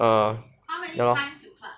err ya lor